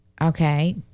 Okay